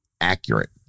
accurate